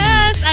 Yes